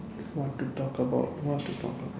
what to talk about what to talk about